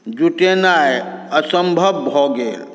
जुटेनाइ असम्भव भऽ गेल